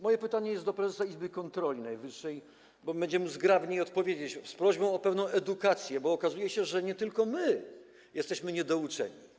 Moje pytanie jest do prezesa Najwyższej Izby Kontroli, bo będzie mu zgrabniej odpowiedzieć, z prośbą o pewną edukację, bo okazuje się, że nie tylko my jesteśmy niedouczeni.